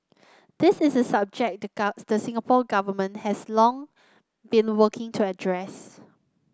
this is a subject the the Singapore Government has long been working to address